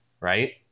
right